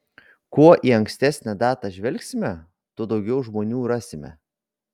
kuo į ankstesnę datą žvelgsime tuo daugiau žmonių rasime